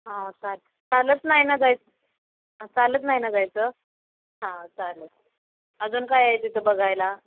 हो चाल चालत नाही ना जायचं हां चालत नाही ना जायचं हां चालेल अजून काय आहे तिथं बघायला